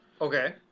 Okay